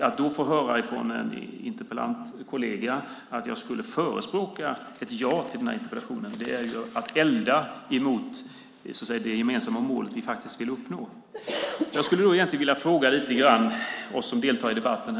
Att då få höra från en interpellantkollega att jag skulle förespråka ett ja till interpellationen är att elda mot det gemensamma mål vi vill uppnå. Jag vill väcka några frågor hos oss som deltar i debatten.